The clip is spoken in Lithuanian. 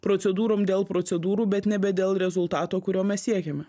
procedūrom dėl procedūrų bet nebe dėl rezultato kurio mes siekiame